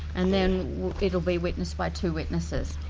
and then it'll be witnessed by two witnesses.